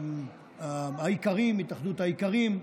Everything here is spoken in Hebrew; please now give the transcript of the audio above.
התאחדות האיכרים,